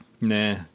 Nah